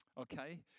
okay